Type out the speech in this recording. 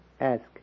ask